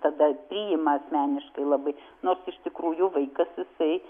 tada priima asmeniškai labai nors iš tikrųjų vaikas jisai